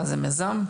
זה מיזם?